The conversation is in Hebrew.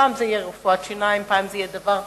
פעם זה יהיה רפואת שיניים, פעם זה יהיה דבר צודק,